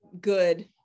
good